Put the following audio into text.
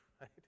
right